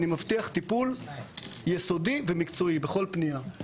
אני מבטיח טיפול יסודי ומקצועי בכל פנייה.